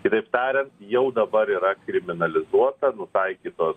kitaip tariant jau dabar yra kriminalizuota nutaikytos